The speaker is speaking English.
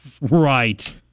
Right